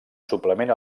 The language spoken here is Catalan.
suplement